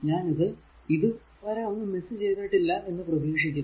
ഞാൻ ഇത് വരെ ഒന്നും മിസ് ചെയ്തില്ല എന്ന് പ്രതീക്ഷിക്കുന്നു